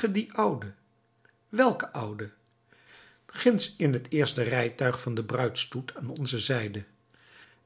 dien oude welken oude ginds in het eerste rijtuig van den bruidsstoet aan onze zijde